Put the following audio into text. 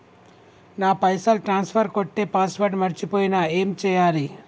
నా పైసల్ ట్రాన్స్ఫర్ కొట్టే పాస్వర్డ్ మర్చిపోయిన ఏం చేయాలి?